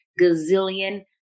gazillion